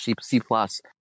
C-plus